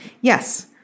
Yes